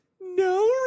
no